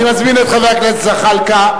אני מזמין את חבר הכנסת זחאלקה,